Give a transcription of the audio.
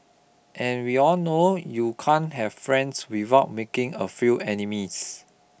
and we all know you can't have friends without making a few enemies